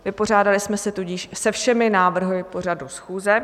Vypořádali jsme se tudíž se všemi návrhy pořadu schůze.